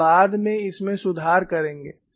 हम बाद में इसमें सुधार करेंगे